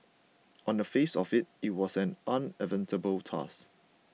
on the face of it it was an unenviable task